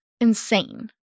Insane